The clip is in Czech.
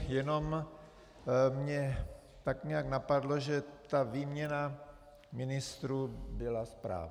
Jenom mě tak nějak napadlo, že ta výměna ministrů byla správná.